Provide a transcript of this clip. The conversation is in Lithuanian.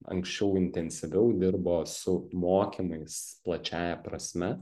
anksčiau intensyviau dirbo su mokymais plačiąja prasme